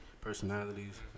personalities